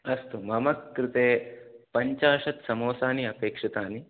अस्तु मम कृते पञ्चाशत् समोसानि अपेक्षितानि